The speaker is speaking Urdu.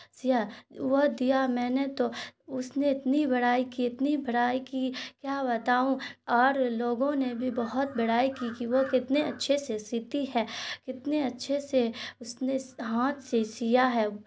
سیا وہ دیا میں نے تو اس نے اتنی بڑائی کی اتنی بڑائی کی کیا بتاؤں اور لوگوں نے بھی بہت بڑائی کی کہ وہ کتنے اچھے سے سیتی ہے کتنے اچھے سے اس نے ہاتھ سے سیا ہے